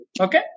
Okay